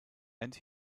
and